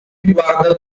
riguarda